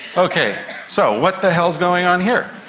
okay, so what the hell is going on here?